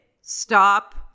stop